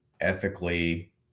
ethically